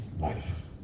life